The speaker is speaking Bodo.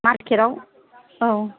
मार्केत आव औ